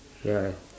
ya